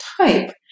type